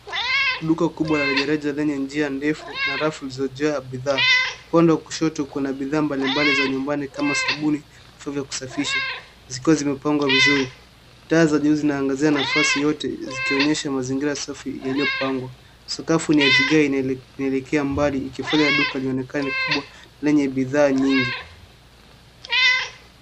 Duka kubwa la rejareja lenye njia ndefu na rafu zilizojaa bidhaa. Upande wa kushoto kuna bidhaa mbalimbali za nyumbani kama sabuni, vifaa vya kusafisha zikiwa zimepangwa vizuri. Taa za juu zinaangazia nafasi yote zikionyesha mazingira safi yaliyo pangwa. Sakafu ni ya vigae inaelekea mbali ikifanya duka lionekane kubwa lenye bidhaa nyingi.